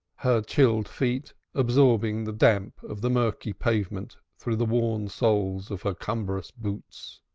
her chilled feet absorbing the damp of the murky pavement through the worn soles of her cumbrous boots.